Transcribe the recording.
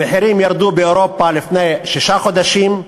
המחירים ירדו באירופה לפני שישה חודשים,